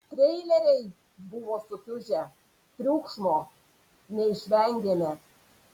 treileriai buvo sukiužę triukšmo neišvengėme